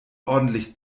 ordentlich